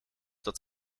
dat